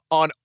on